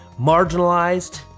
marginalized